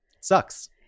Sucks